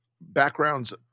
backgrounds